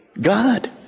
God